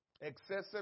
Excessive